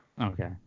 okay